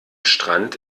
strand